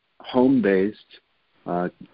home-based